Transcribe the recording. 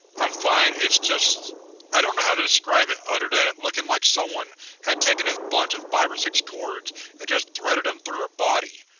i'm fine, it's just i don't know how to describe it other than it looking like someone had taken this bunch of five or six cords and just threaded them through her body.